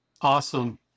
Awesome